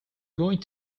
going